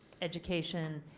education.